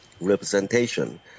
representation